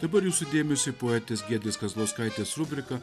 dabar jūsų dėmesiui poetės giedrės kazlauskaitės rubrika